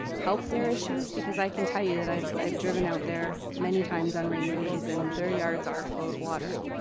help their issues? because i can tell you that i've i've driven out there many times on rainy days and their yards are full of water.